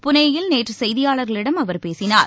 புனேயில் நேற்று செய்தியாளர்களிடம் அவர் பேசினார்